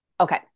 Okay